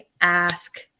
ask